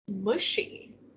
mushy